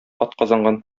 атказанган